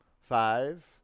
Five